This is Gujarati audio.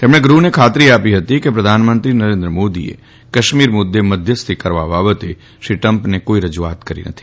તેમણે ગૃહને ખાતરી આપી હતી કે પ્રધાનમંત્રી નરેન્દ્ર મોદીએ કાશ્મીર મુદ્દે મધ્યસ્થી કરવા બાબતે શ્રી ટ્રમ્પને કોઇ રજુઆત કરી નથી